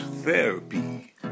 therapy